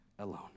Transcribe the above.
alone